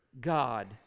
God